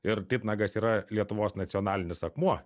ir titnagas yra lietuvos nacionalinis akmuo